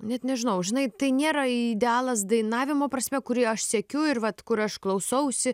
net nežinau žinai tai nėra idealas dainavimo prasme kurį aš siekiu ir vat kur aš klausausi